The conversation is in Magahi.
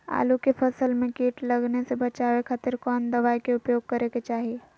आलू के फसल में कीट लगने से बचावे खातिर कौन दवाई के उपयोग करे के चाही?